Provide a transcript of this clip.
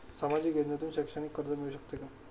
सामाजिक योजनेतून शैक्षणिक कर्ज मिळू शकते का?